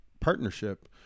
partnership